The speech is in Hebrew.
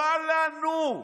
בא לנו.